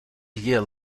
year